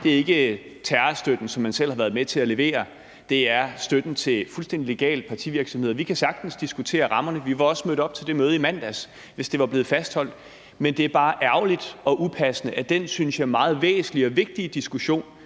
Det er ikke terrorstøtten, som man selv har været med til at levere. Det er støtten til fuldstændig legal partivirksomhed. Vi kan sagtens diskutere rammerne. Vi var også mødt op til det møde i mandags, hvis det var blevet fastholdt. Men det er bare ærgerligt og upassende, at den, synes jeg, meget væsentlige og vigtige diskussion,